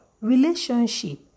relationship